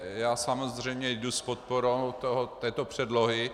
Já samozřejmě jdu s podporou této předlohy.